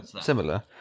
similar